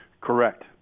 Correct